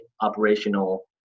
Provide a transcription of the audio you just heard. operational